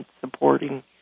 supporting